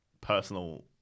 personal